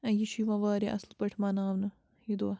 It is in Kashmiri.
ٲں یہِ چھُ یِوان واریاہ اصٕل پٲٹھۍ مَناونہٕ یہِ دۄہ